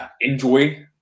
enjoy